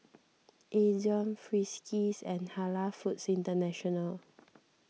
Ezion Friskies and Halal Foods International